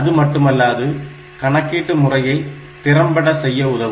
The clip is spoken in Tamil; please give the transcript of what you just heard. அதுமட்டுமல்லாது கணக்கீட்டு முறையை திறம்பட செய்ய உதவும்